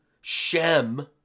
Shem